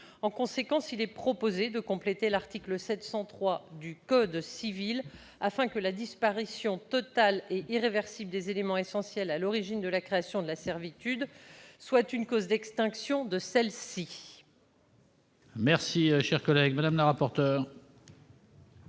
En conséquence, il est proposé de compléter l'article 703 du code civil, afin que la disparition totale et irréversible des éléments essentiels à l'origine de la création de la servitude soit une cause d'extinction de celle-ci. Quel est l'avis de la commission